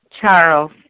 Charles